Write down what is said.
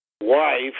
wife